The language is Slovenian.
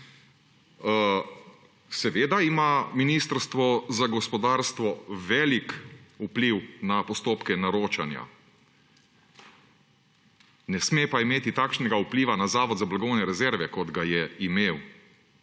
Seveda ima Ministrstvo za gospodarstvo velik vpliv na postopke naročanja, ne sme pa imeti takšnega vpliva na Zavod za blagovne rezerve, kot ga je imelo.